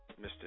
Mr